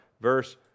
verse